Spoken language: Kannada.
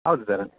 ಹೌದು ಸರ್ರ